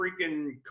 freaking